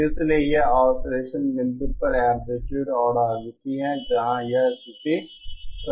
इसलिए यह ऑसिलेसन बिंदु पर एंप्लीट्यूड और आवृत्ति है जहां यह स्थिति संतुष्ट है